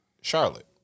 Charlotte